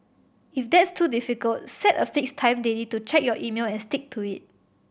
if that's too difficult set a fixed time daily to check your email and stick to it